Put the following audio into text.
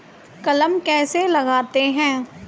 कलम कैसे लगाते हैं?